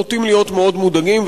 נוטים להיות מאוד מודאגים,